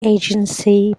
agency